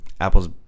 Apple's